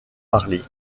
parlée